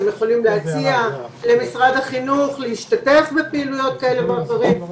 יכולים להציע למשרד החינוך להשתתף בפעילויות כאלה ואחרות,